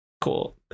Cool